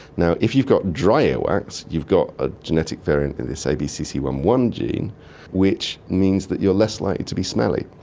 if you've got dry earwax you've got a genetic variant in this a b c c one one gene which means that you're less likely to be smelly.